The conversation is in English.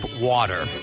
water